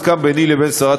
שישנות על הרצפה.